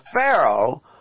Pharaoh